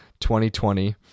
2020